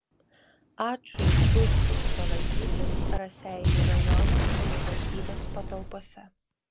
ačui uždrausta lankytis raseinių rajono savivaldybės patalpose